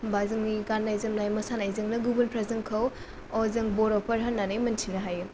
होमबा जोंनि गाननाय जोमनाय मोसानायजोंनो गुबुनफ्रा जोंखौ अ' जों बर'फोर होननानै मिनथिनो हायो